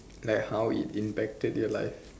like how it impacted your life